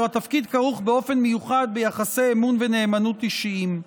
התפקיד כרוך באופן מיוחד ביחסי אמון ונאמנות אישיים.